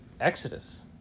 Exodus